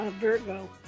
Virgo